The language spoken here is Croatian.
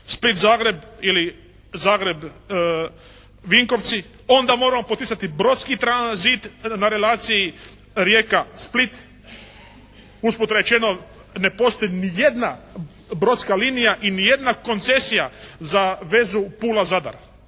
Split-Zagreb ili Zagreb-Vinkovci. Onda moramo poticati brodski tranzit na relaciji Rijeka-Split. Usput rečeno ne postoji ni jedna brodska linija i ni jedna koncesija za vezu Pula-Zadar.